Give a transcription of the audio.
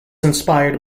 inspired